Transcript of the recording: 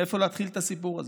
מאיפה להתחיל את הסיפור הזה.